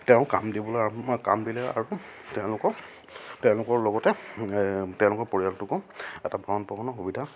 তেওঁ কাম দিবলৈ আৰু কাম দিলে আৰু তেওঁলোকক তেওঁলোকৰ লগতে তেওঁলোকৰ পৰিয়ালটোকো এটা ভৰণ পোষণৰ সুবিধা